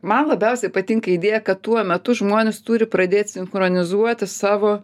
man labiausiai patinka idėja kad tuo metu žmonės turi pradėt sinchronizuoti savo